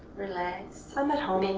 relax. i'm at home.